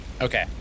Okay